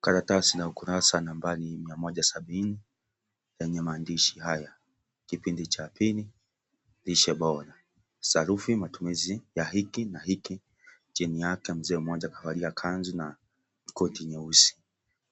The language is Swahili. Karatasi la ukurasa nambari mia moja sabini yenye maandishi haya " Kipindi cha pili, Lishe Bora, Sarufi matumizi ya hiki na hiki". Chini yake Mzee mmoja kavalia kanzu na koti nyeusi.